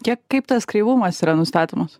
kiek kaip tas kreivumas yra nustatomas